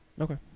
Okay